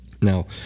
Now